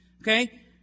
Okay